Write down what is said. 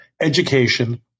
education